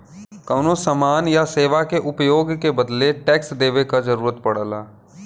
कउनो समान या सेवा के उपभोग के बदले टैक्स देवे क जरुरत पड़ला